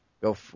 Go